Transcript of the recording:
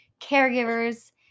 caregivers